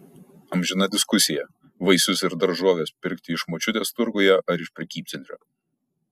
amžina diskusija vaisius ir daržoves pirkti iš močiutės turguje ar iš prekybcentrio